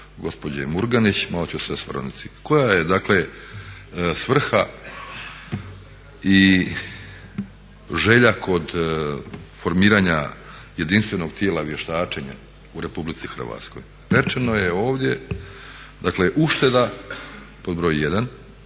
gospođe Murganić malo ću se osvrnuti koja je dakle svrha i želja kod formiranja jedinstvenog tijela vještačenja u Republici Hrvatskoj. Rečeno je ovdje, dakle ušteda pod br. 1